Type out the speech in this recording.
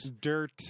dirt